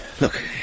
Look